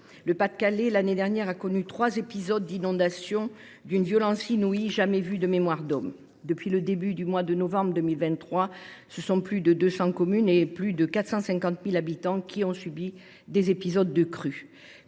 le Pas de Calais a connu trois épisodes d’inondations d’une violence inouïe, jamais vue de mémoire d’homme. Depuis le début du mois de novembre 2023, ce sont plus de 200 communes et plus de 450 000 habitants qui ont subi des épisodes de crues.